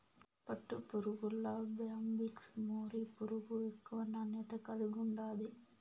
పట్టుపురుగుల్ల Bombyx mori పురుగు ఎక్కువ నాణ్యత కలిగుండాది